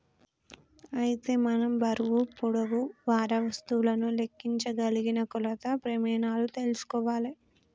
అయితే మనం బరువు పొడవు వారా వస్తువులను లెక్కించగలిగిన కొలత ప్రెమానాలు తెల్సుకోవాలే